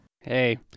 Hey